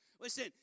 Listen